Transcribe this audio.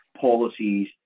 policies